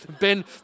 Ben